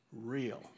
Real